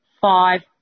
Five